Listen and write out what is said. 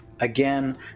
Again